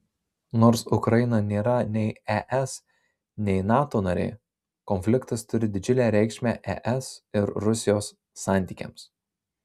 nors ukraina nėra nei es nei nato narė konfliktas turi didžiulę reikšmę es ir rusijos santykiams